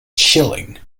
chilling